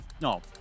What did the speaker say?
no